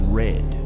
red